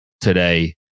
today